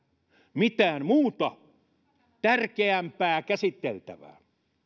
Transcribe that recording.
mitään muuta tärkeämpää käsiteltävää